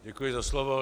Děkuji za slovo.